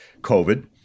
COVID